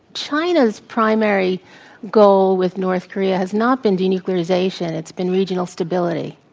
china's primary goal with north korea has not been denuclearization. it's been regional stability.